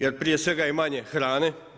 Jer prije svega je manje hrane.